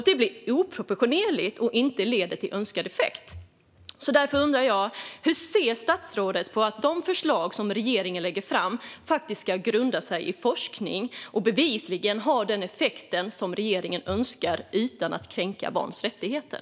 Det blir oproportionerligt och leder inte till önskad effekt. Därför undrar jag: Hur ser statsrådet på att de förslag som regeringen lägger fram ska grunda sig i forskning och bevisligen ha den effekt som regeringen önskar, utan att kränka barns rättigheter?